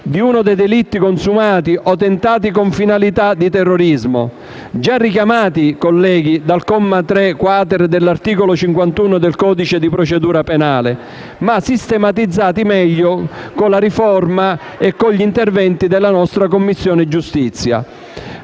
di uno dei delitti consumati o tentati con finalità di terrorismo, già richiamati dal comma 3-*quater* dell'articolo 51 del codice di procedura penale, ma sistematizzati meglio con la riforma e con gli interventi della nostra Commissione giustizia.